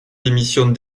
démissionne